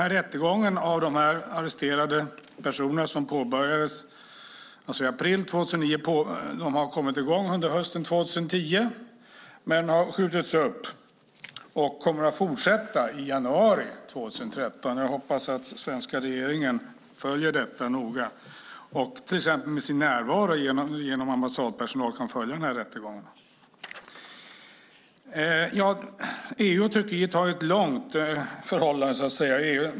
Rättegångarna för de arresterade personerna - det påbörjades alltså i april 2009 - har kommit i gång under hösten 2010 men har skjutits upp och kommer att fortsätta i januari. Jag hoppas att den svenska regeringen följer detta noga och till exempel med sin närvaro genom ambassadpersonal kan följa de här rättegångarna. EU och Turkiet har ett långt förhållande, så att säga.